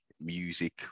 music